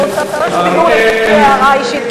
אני רוצה רשות דיבור להגיד הערה אישית,